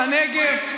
אל הנגב,